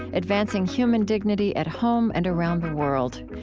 advancing human dignity at home and around the world.